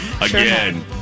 Again